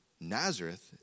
Nazareth